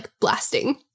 blasting